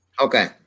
Okay